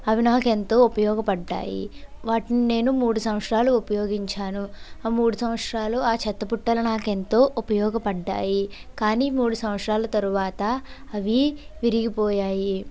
అవి నాకు ఎంతో ఉపయోగపడ్డాయి వాటిని నేను మూడు సంవత్సరాలు ఉపయోగించాను ఆ మూడు సంవత్సరాలు ఆ చెత్తబుట్టలు నాకెంతో ఉపయోగపడ్డాయి కానీ మూడు సంవత్సరాలు తరువాత అవి విరిగిపోయాయి